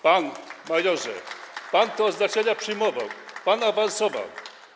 Panie majorze, pan te odznaczenia przyjmował, pan awansował.